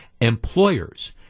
Employers